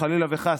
חלילה וחס,